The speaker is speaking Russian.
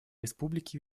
республики